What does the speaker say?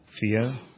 fear